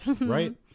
Right